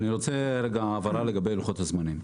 אני רוצה רגע הבהרה לגבי לוחות הזמנים.